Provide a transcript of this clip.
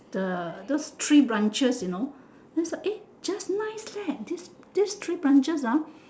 the those tree branches you know was like eh just nice leh this this tree branches ah